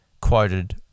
Quoted